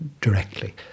directly